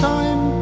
time